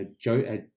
Joe